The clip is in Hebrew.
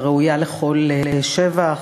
הראויה לכל שבח.